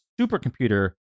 supercomputer